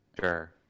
Sure